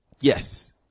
Yes